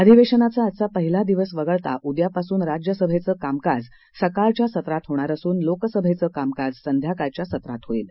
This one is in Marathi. अधिवेशनाचा आजचा पहिला दिवस वगळता उद्यापासून राज्यसभेचं कामकाज सकाळच्या सत्रात होणार असून लोकसभेचं कामकाज संध्याकाळच्या सत्रात होणार आहे